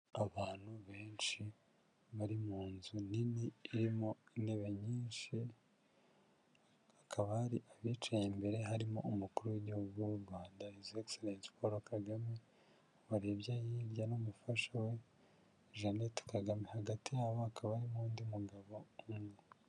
Abantu benshi, bari mu nzu nini, irimo intebe nyinshi, akaba hari abicaye imbere harimo umukuru w'igihugu w'u Rwanda, hizi egiserensi Paul KAGAME, warebye hirya n'umufasha we, Jeannette KAGAME hagati yabo akaba hari n'undi mugabo, umwe.